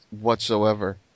whatsoever